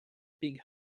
big